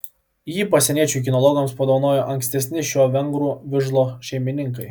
jį pasieniečių kinologams padovanojo ankstesni šio vengrų vižlo šeimininkai